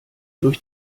durch